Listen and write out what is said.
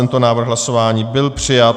Tento návrh hlasování byl přijat.